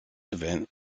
event